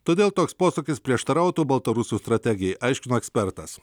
todėl toks posūkis prieštarautų baltarusų strategijai aiškino ekspertas